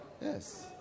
Yes